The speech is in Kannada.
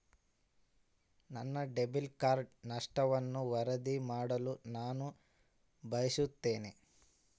ನನ್ನ ಡೆಬಿಟ್ ಕಾರ್ಡ್ ನಷ್ಟವನ್ನು ವರದಿ ಮಾಡಲು ನಾನು ಬಯಸುತ್ತೇನೆ